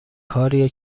کاریه